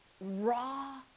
raw